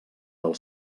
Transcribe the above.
del